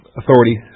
authority